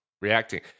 reacting